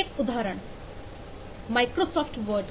एक उदाहरण Microsoft word